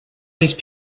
these